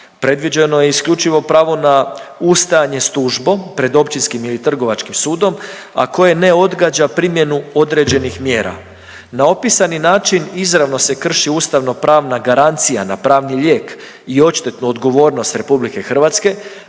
Predviđeno je isključivo pravo na ustajanje s tužbom pred općinskim ili trgovačkim sudom, a koje ne odgađa primjenu određenih mjera. Na opisani način izravno se krši ustavnopravna garancija na pravni lijek i odštetnu odgovornost RH,